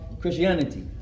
Christianity